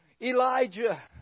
Elijah